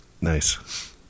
Nice